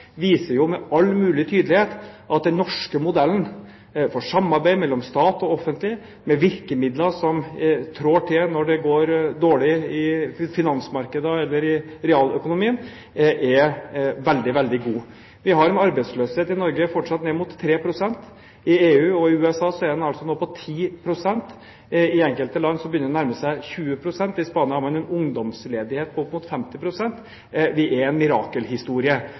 viser med all mulig tydelighet at den norske modellen for samarbeid mellom det offentlige og det private, med virkemidler som trår til når det går dårlig i finansmarkedene eller i realøkonomien, er veldig god. Vi har fortsatt en arbeidsløshet i Norge ned mot 3 pst. I EU og USA er den nå på 10 pst. I enkelte land begynner den å nærme seg 20 pst. I Spania har man en ungdomsledighet på opp mot 50 pst. Vi er en mirakelhistorie.